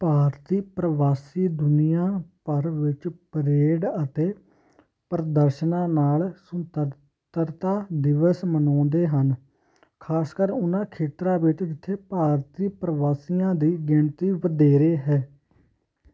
ਭਾਰਤੀ ਪ੍ਰਵਾਸੀ ਦੁਨੀਆ ਭਰ ਵਿੱਚ ਪਰੇਡ ਅਤੇ ਪ੍ਰਦਰਸ਼ਨਾਂ ਨਾਲ ਸੁਤੰਤਰਤਾ ਦਿਵਸ ਮਨਾਉਂਦੇ ਹਨ ਖ਼ਾਸਕਰ ਉਨ੍ਹਾਂ ਖੇਤਰਾਂ ਵਿੱਚ ਜਿੱਥੇ ਭਾਰਤੀ ਪ੍ਰਵਾਸੀਆਂ ਦੀ ਗਿਣਤੀ ਵਧੇਰੇ ਹੈ